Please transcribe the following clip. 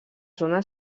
zona